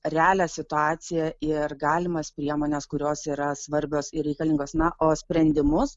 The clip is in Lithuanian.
realią situaciją ir galimas priemones kurios yra svarbios ir reikalingos na o sprendimus